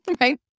right